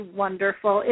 wonderful